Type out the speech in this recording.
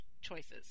choices